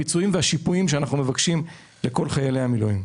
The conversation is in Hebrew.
הפיצויים והשיפויים שאנחנו מבקשים לכל חיילי המילואים.